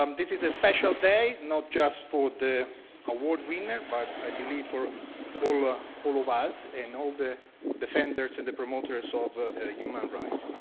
um this is a special day, not just for the award winner, but i believe for all ah all of us and all the defenders and the promoters ah of ah human rights.